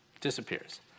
disappears